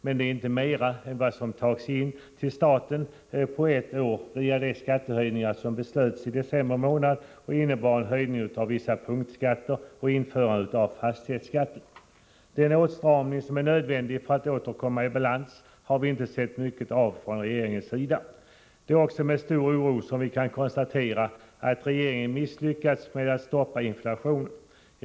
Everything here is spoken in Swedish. Men det är inte mera än vad som tages in till staten på ett år via de skattehöjningar som beslöts i december månad 1984 och som innebar en höjning av vissa punktskatter och införande av fastighetsskatt. Den åtstramning som är nödvändig för att ekonomin åter skall komma i balans har vi inte sett mycket av från regeringens sida. Det är också med stor oro som vi kan konstatera att regeringen misslyckats med att stoppa inflationen.